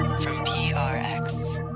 from prx,